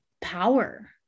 power